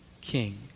king